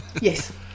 Yes